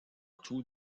tout